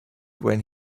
when